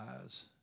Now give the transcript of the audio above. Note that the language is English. eyes